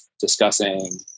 discussing